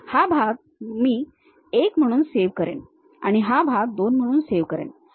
हा भाग मी १ म्हणून सेव्ह करेन आणि हा भाग २ म्हणून सेव्ह करेन